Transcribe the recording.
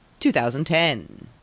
2010